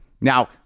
Now